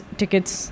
tickets